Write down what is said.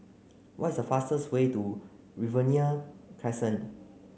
what's the fastest way to Riverina Crescent